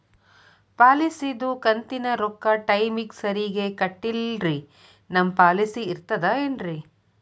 ಪಾಲಿಸಿದು ಕಂತಿನ ರೊಕ್ಕ ಟೈಮಿಗ್ ಸರಿಗೆ ಕಟ್ಟಿಲ್ರಿ ನಮ್ ಪಾಲಿಸಿ ಇರ್ತದ ಏನ್ರಿ?